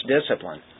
discipline